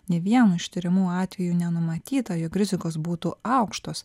ne vienu iš tyrimų atveju nenumatyta jog rizikos būtų aukštos